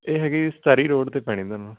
ਇਹ ਹੈਗੀ ਜੀ ਸਤਾਰੀ ਰੋਡ 'ਤੇ ਪੈਣੀ ਤੁਹਾਨੂੰ